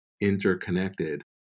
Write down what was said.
interconnected